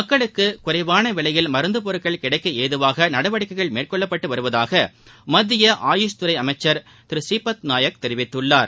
மக்களுக்கு குறைவான விலையில் மருந்து பொருட்கள் கிடைக்க ஏதுவாக நடவடிக்கைகள் மேற்கொள்ளப்பட்டு வருவதாக மத்திய ஆயூஷ் துறை அமைச்சர் திரு ஸ்ரீபத்நாயக் தெரிவித்துள்ளார்